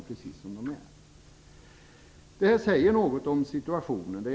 Detta exempel säger något om situationen.